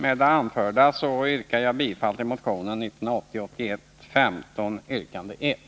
Med det anförda yrkar jag bifall till motion 1980/81:15, yrkande 1.